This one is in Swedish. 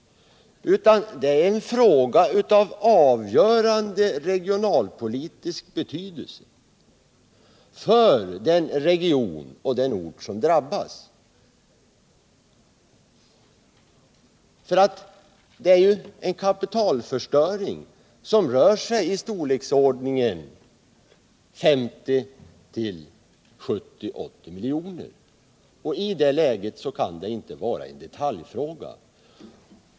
Det är en fråga av avgörande regionalpolitisk betydelse för den region och den ort som drabbas. Det är ju en kapitalförstöring i storleksordningen 50-80 miljoner. Det kan alltså inte vara en detaljfråga.